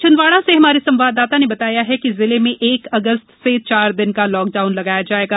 छिंदवाड़ा से हमारे संवाददाता ने बताया है कि जिले में एक अगस्त से चार दिन का लॉकडाउन लगाया जाएगा